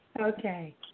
Okay